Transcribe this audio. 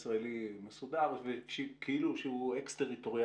ההנחה היא שההיי-טק הישראלי מסודר וכאילו שהוא אקסטריטוריאלי